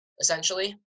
essentially